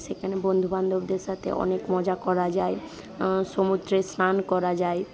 সেখানে বন্ধু বান্ধবদের সাথে অনেক মজা করা যায় সমুদ্রে স্নান করা যায়